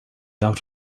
out